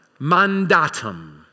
Mandatum